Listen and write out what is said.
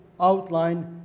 outline